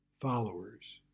followers